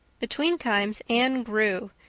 between times anne grew,